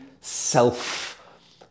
self